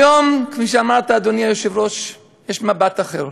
כיום, כפי שאמרת, אדוני היושב-ראש, יש מבט אחר.